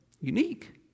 unique